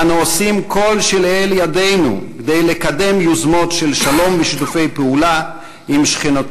אנו עושים כל שלאל ידנו כדי לקדם יוזמות של שלום ושיתופי פעולה עם שכנות